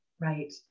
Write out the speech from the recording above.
right